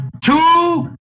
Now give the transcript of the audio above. two